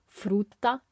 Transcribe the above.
frutta